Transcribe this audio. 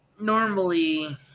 normally